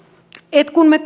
että kun me